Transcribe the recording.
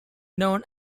known